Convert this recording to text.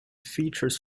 features